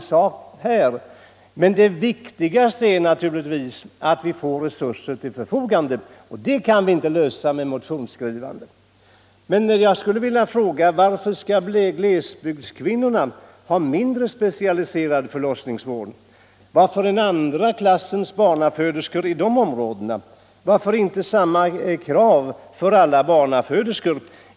Det viktigaste är naturligtvis att vi får resurser till förfogande, och det får vi inte bara genom motionsskrivande. Men varför skall glesbygdskvinnorna ha mindre specialiserad förlossningsvård? Varför skall de vara andra klassens barnaföderskor? Varför inte ställa samma krav för alla barnaföderskor?